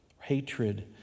hatred